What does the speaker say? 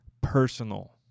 personal